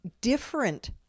different